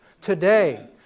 today